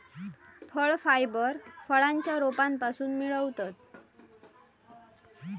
फळ फायबर फळांच्या रोपांपासून मिळवतत